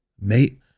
mate